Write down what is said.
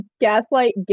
Gaslight